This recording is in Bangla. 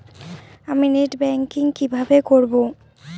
আমি নেট ব্যাংকিং কিভাবে করব?